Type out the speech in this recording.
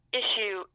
issue